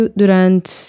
durante